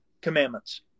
commandments